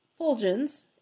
Fulgens